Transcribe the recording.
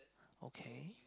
okay